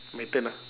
my turn ah